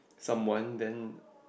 someone then